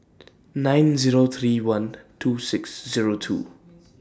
nine Zero three one two six Zero two